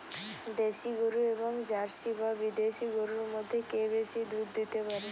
দেশী গরু এবং জার্সি বা বিদেশি গরু মধ্যে কে বেশি দুধ দিতে পারে?